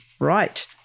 Right